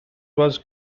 was